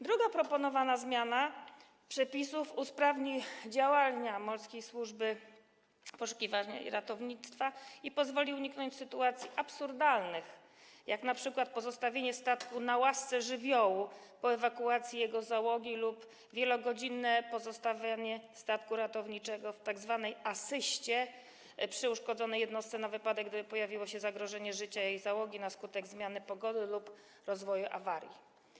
Druga proponowana zmiana przepisów usprawni działania Morskiej Służby Poszukiwania i Ratownictwa i pozwoli uniknąć sytuacji absurdalnych, jak np. pozostawienie statku ma łasce żywiołu po ewakuacji jego załogi lub wielogodzinne pozostawianie statku ratowniczego w tzw. asyście przy uszkodzonej jednostce, na wypadek gdyby pojawiło się zagrożenie życia jej załogi na skutek zmiany pogody lub rozwoju awarii.